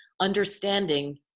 understanding